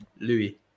Louis